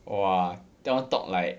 !wah! that [one] talk like